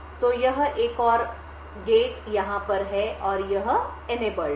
तो यह एक और गेट यहाँ पर है और यह सक्षमएनेबल है